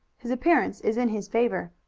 his appearance is in his favor.